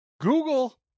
Google